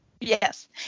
Yes